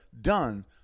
done